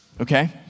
okay